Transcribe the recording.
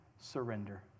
surrender